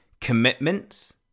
commitments